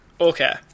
okay